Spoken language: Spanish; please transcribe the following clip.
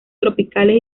tropicales